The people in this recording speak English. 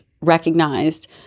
recognized